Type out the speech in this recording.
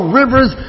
rivers